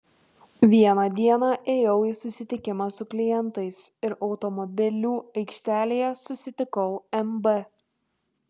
vieną dieną ėjau į susitikimą su klientais ir automobilių aikštelėje susitikau mb